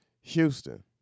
Houston